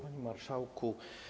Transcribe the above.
Panie Marszałku!